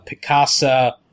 Picasa